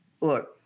Look